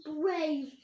brave